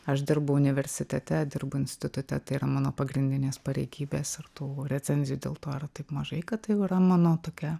aš dirbu universitete dirbu institute tai yra mano pagrindinės pareigybės ir tų recenzijų dėl to yra taip mažai kad tai jau yra mano tokia